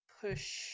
push